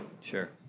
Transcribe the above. Sure